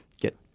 get